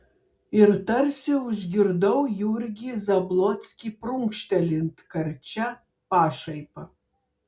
ir tarsi užgirdau jurgį zablockį prunkštelint karčia pašaipa